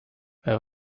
wer